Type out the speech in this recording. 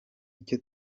icyo